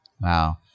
Wow